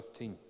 15